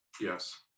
yes